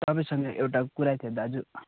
तपाईँसँग एउटा कुरा थियो दाजु